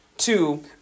Two